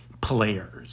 Players